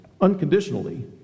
unconditionally